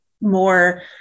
more